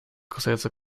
касается